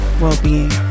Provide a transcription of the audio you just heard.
well-being